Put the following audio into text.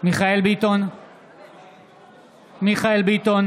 מיכאל מרדכי ביטון,